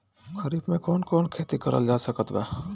खरीफ मे कौन कौन फसल के खेती करल जा सकत बा?